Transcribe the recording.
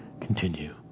continue